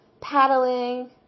paddling